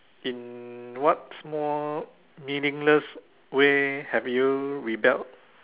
in what small meaningless way have you rebelled